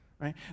right